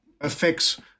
affects